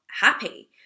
happy